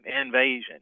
invasion